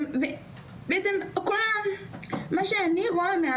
מה שאני רואה,